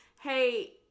hey